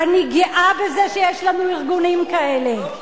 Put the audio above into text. אני גאה בזה שיש לנו ארגונים כאלה.